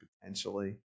potentially